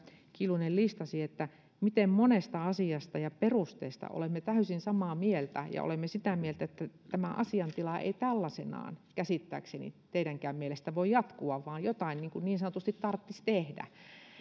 kiljunen listasi miten monesta asiasta ja perusteesta olemme täysin samaa mieltä olemme sitä mieltä että tämä asiantila ei tällaisenaan käsittääkseni teidänkään mielestänne voi jatkua vaan jotain niin sanotusti tarttis tehdä